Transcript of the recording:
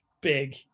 big